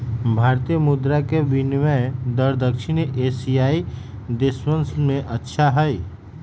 भारतीय मुद्र के विनियम दर दक्षिण एशियाई देशवन में अच्छा हई